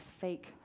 fake